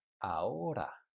ahora